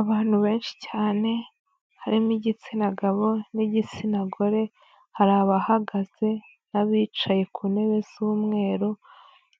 Abantu benshi cyane, harimo igitsina gabo n'igitsina gore, hari abahagaze n'abicaye ku ntebe z'umweru,